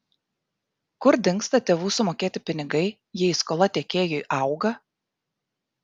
kur dingsta tėvų sumokėti pinigai jei skola tiekėjui auga